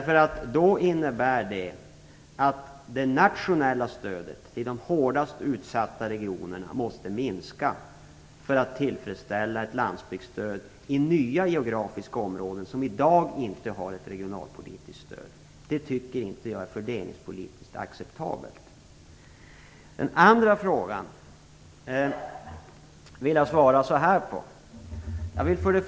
För att nya geografiska områden, som i dag inte har ett regionalpolitiskt stöd, skall kunna få del av ett landsbygdsstöd skulle vi nämligen bli tvungna att minska det nationella stödet till de hårdast utsatta regionerna, och det tycker jag inte är fördelningspolitiskt acceptabelt. Sedan till Andreas Carlgrens andra fråga.